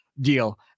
Deal